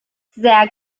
sehr